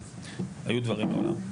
היו דברים מעולם,